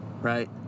right